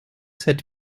sept